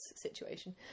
situation